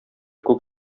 күк